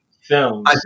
films